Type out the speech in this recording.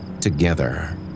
together